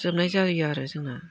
जोबनाय जायो आरो जोंना